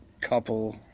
couple